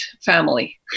family